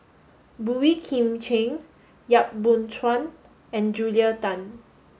Boey Kim Cheng Yap Boon Chuan and Julia Tan